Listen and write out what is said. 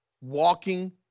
walking